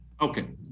Okay